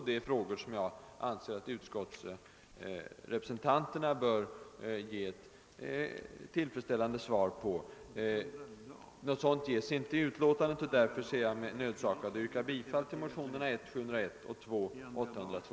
Det är frågor som jag anser att utskottsrepresentanterna bör ge ett tillfredsställande svar på. Något sådant svar lämnas inte i utlåtandet, och därför ser jag mig nödsakad att yrka bifall till motionerna 1: 701 och II: 802.